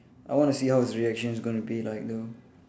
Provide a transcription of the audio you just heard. I want to see how his reaction is going to be like though